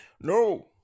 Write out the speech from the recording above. no